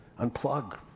Unplug